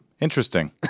interesting